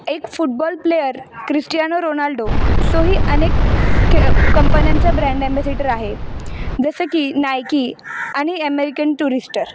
एक football player Cristiano Ronaldo तोही अनेक के कंपन्यांचा ब्रँड एम्बॅसिटर आहे जसं की नायकी आणि ॲमेरिकन टुरिस्टर